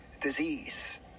disease